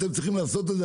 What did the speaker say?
אתם צריכים לעשות את זה,